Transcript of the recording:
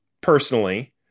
personally